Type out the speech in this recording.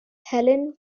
helene